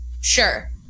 Sure